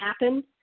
happen